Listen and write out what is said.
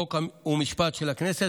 חוק ומשפט של הכנסת.